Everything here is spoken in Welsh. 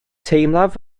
teimlaf